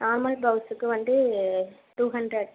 normal பிளவுஸுக்கு வந்து two hundred